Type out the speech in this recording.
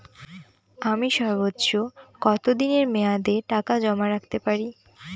আমি সর্বোচ্চ কতদিনের মেয়াদে টাকা জমা রাখতে পারি?